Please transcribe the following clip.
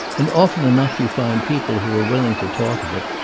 and often enough you find people who are willing to talk of it,